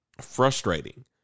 frustrating